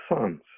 sons